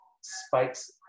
spikes